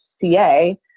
CA